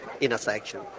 intersection